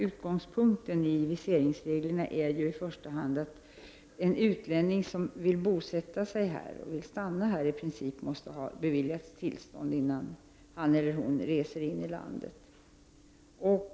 Utgångspunkten i viseringsreglerna är ju i första hand att en utlänning som vill bosätta sig här måste ha beviljats tillstånd, innan han eller hon reser in i landet.